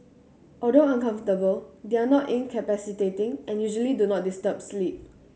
although uncomfortable they are not incapacitating and usually do not disturb sleep